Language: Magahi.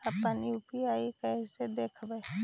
अपन यु.पी.आई कैसे देखबै?